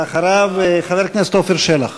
אחריו, חבר הכנסת עפר שלח.